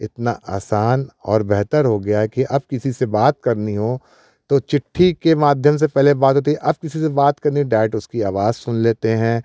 इतना आसान और बेहतर हो गया है कि अब किसी से बात करनी हो तो चिट्ठी के माध्यम से पहले बात होती है अब किसी से बात करने डाइरेक्ट उसकी आवाज़ सुन लेते हैं